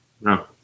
No